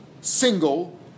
single